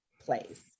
place